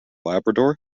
labrador